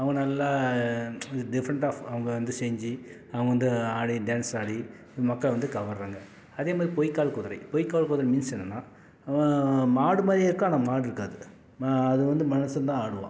அவங்க நல்லா different of அவங்க வந்து செஞ்சி அவங்க வந்து ஆடி டான்ஸ் ஆடி மக்களை வந்து கவருறாங்க அதே மாதிரி பொய்க்கால் குதிரை பொய்க்கால் குதிரை மீன்ஸ் என்னென்னா மாடு மாதிரியே இருக்கும் ஆனால் மாடு இருக்காது அது வந்து மனுஷன் தான் ஆடுவான்